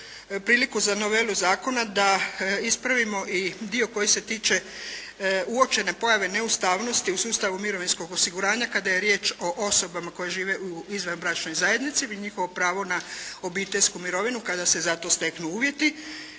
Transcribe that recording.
priliku za novelu zakona, da ispravimo i dio koji se tiče uočene pojave, ne ustavnosti u sustavu mirovinskog osiguranja kada je riječ o osobama koje žive u izvanbračnoj zajednici i njihovo pravo na obiteljsku mirovinu kada se za to steknu uvjeti.